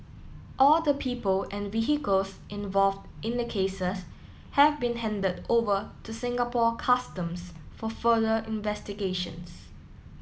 all the people and vehicles involved in the cases have been handed over to Singapore Customs for further investigations